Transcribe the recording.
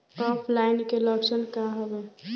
ऑफलाइनके लक्षण क वा?